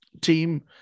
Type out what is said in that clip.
team